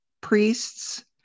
priests